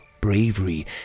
bravery